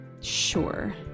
sure